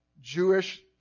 Jewish